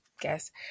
guess